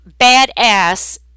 badass